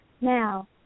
Now